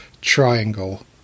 triangle